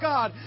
God